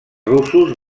russos